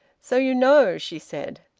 so you know? she said.